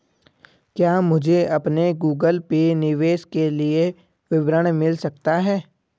क्या मुझे अपने गूगल पे निवेश के लिए विवरण मिल सकता है?